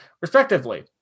respectively